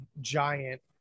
giant